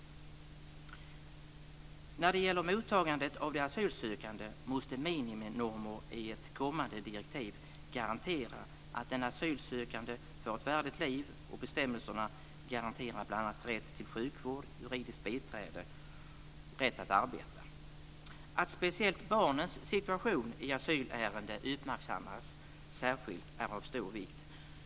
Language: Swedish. När det gäller mottagandet av de asylsökande måste miniminormer i ett kommande direktiv garantera att den asylsökande får ett värdigt liv. Bestämmelserna måste också garantera bl.a. rätt till sjukvård, till juridiskt biträde, rätt att arbeta. Att speciellt barnens situation i asylärenden uppmärksammas särskilt är av stor vikt.